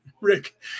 Rick